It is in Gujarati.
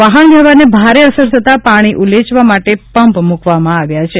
વાહનવ્યવહારને ભારે અસર થતા પાણી ઉલેચવા માટે પંપ મુકવામાં આવ્યા છે